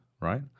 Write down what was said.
right